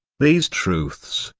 these truths,